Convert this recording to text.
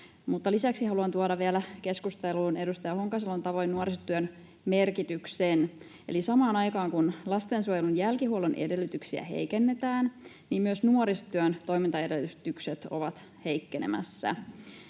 lisäksi haluan tuoda vielä keskusteluun edustaja Honkasalon tavoin nuorisotyön merkityksen. Eli samaan aikaan kun lastensuojelun jälkihuollon edellytyksiä heikennetään, myös nuorisotyön toimintaedellytykset ovat heikkenemässä.